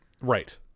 right